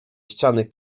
ściany